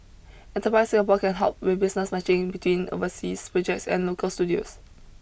enterprise Singapore can help with business matching between overseas projects and local studios